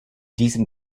diesem